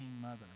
mother